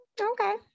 okay